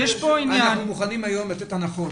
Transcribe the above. אנחנו מוכנים היום לתת הנחות,